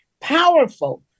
powerful